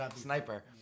sniper